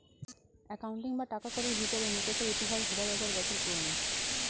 accounting বা টাকাকড়ির হিসেবে মুকেশের ইতিহাস হাজার হাজার বছর পুরোনো